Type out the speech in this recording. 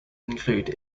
include